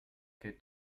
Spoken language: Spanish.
que